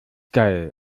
geil